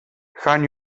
gaan